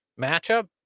matchup